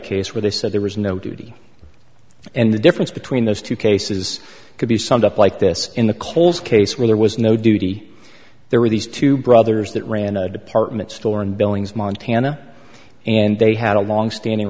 case where they said there was no duty and the difference between those two cases could be summed up like this in the coles case where there was no duty there were these two brothers that ran a department store in billings montana and they had a longstanding